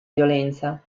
violenza